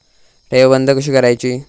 ठेव बंद कशी करायची?